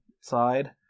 side